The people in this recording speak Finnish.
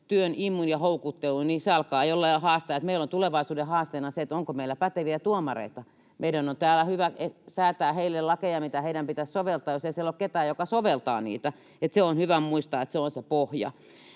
töiden imu ja houkuttelu, että se alkaa olla jo haaste, joten meillä on tulevaisuuden haasteena se, onko meillä päteviä tuomareita. Meidän on täällä hyvä säätää heille lakeja, mitä heidän pitäisi soveltaa, jos ei siellä ole ketään, joka soveltaa niitä. Niin että se on hyvä muistaa, että se on se pohja.